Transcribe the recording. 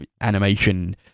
animation